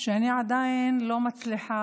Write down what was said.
שאני עדיין לא מצליחה,